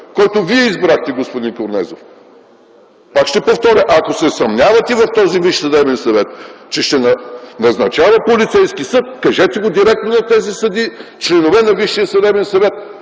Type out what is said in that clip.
който Вие избрахте, господин Корнезов. Пак ще повторя, ако се съмнявате в този Висш съдебен съвет, че ще назначава полицейски съд, кажете го директно на тези съдии, членове на